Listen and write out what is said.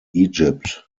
egypt